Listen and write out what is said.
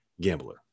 Gambler